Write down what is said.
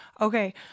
Okay